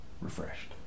refreshed